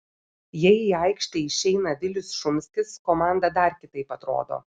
jei į aikštę išeina vilius šumskis komanda dar kitaip atrodo